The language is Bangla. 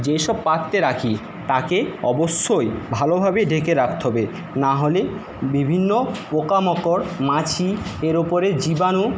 যে সব পাত্রে রাখি তাকে অবশ্যই ভালোভাবে ঢেকে রাখতে হবে নাহলে বিভিন্ন পোকামাকড় মাছি এর ওপরে জীবাণু